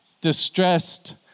distressed